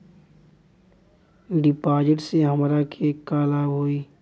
डिपाजिटसे हमरा के का लाभ होई?